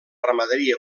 ramaderia